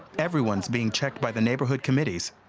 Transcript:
everyone's being checked by the neighborhood committees.